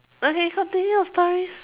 okay continue with your stories